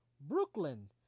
Brooklyn